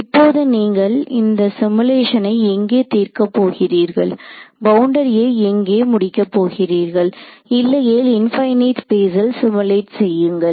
இப்போது நீங்கள் இந்த சிமுலேஷனை எங்கே தீர்க்க போகிறீர்கள் பவுண்டரியை எங்கே முடிக்கப் போகிறீர்கள் இல்லையேல் இன்பைநேட் ஸ்பேஸ்ல் சிமுலேட் செய்யுங்கள்